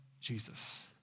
Jesus